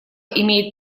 имеет